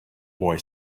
boy